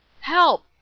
Help